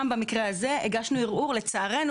גם במקרה הזה הגשנו ערעור לצערנו,